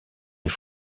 les